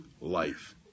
life